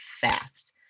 fast